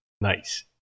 Nice